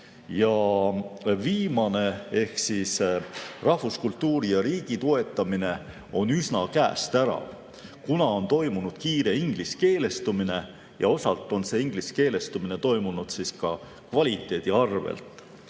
Viimane ehk rahvuskultuuri ja -riigi toetamine on üsna käest ära, kuna on toimunud kiire ingliskeelestumine ja osalt on see ingliskeelestumine toimunud ka kvaliteedi arvel.